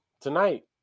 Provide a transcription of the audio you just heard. Tonight